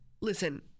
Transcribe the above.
Listen